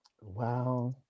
Wow